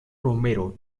romero